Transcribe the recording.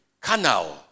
Canal